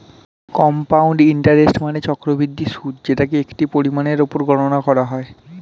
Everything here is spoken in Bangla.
কম্পাউন্ড ইন্টারেস্ট মানে চক্রবৃদ্ধি সুদ যেটাকে একটি পরিমাণের উপর গণনা করা হয়